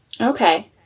Okay